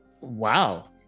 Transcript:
Wow